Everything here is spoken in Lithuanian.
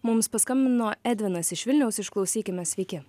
mums paskambino edvinas iš vilniaus išklausykime sveiki